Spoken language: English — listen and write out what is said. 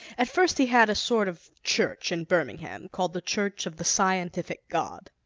at first he had a sort of church in birmingham, called the church of the scientific god.